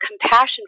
compassion